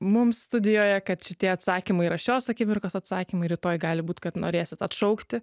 mums studijoje kad šitie atsakymai yra šios akimirkos atsakymai rytoj gali būt kad norėsit atšaukti